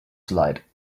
slide